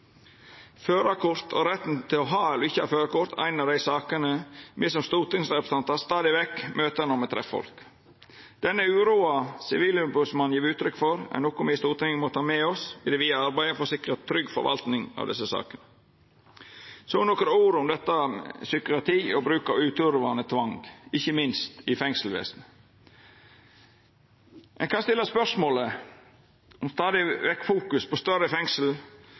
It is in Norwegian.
Førarkort og retten til å ha eller ikkje ha førarkort er ei av dei sakene me som stortingsrepresentantar stadig vekk møter når me treffer folk. Den uroa Sivilombodsmannen gjev uttrykk for, er noko me i Stortinget må ta med oss i det vidare arbeidet for å sikra ei trygg forvaltning av desse sakene. Så nokre ord om psykiatri og bruk av uturvande tvang, ikkje minst i fengselsvesenet. Ein kan stilla spørsmålet om stadig større fokus på større fengsel,